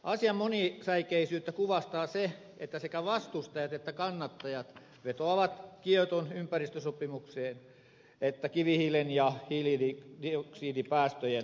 asian monisäikeisyyttä kuvastaa se että sekä vastustajat että kannattajat vetoavat sekä kioton ympäristösopimukseen että kivihiilen ja hiilidioksidipäästöjen haitallisuuteen